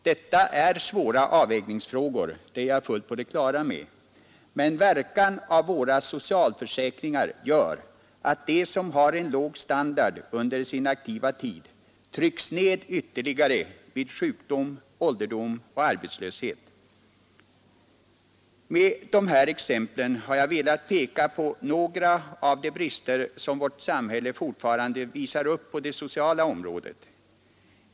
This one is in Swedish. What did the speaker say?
Detta är svåra avvägningsfrågor, det är jag fullt på det klara med, men verkan av våra socialförsäkringar gör att de som har en låg standard under sin aktiva tid trycks ned ytterligare vid sjukdom, ålderdom och arbetslöshet. Med dessa exempel har jag velat peka på några av de brister som vårt samhälle fortfarande visar upp på det sociala området.